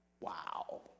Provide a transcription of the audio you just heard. Wow